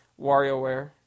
WarioWare